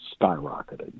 skyrocketed